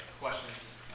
questions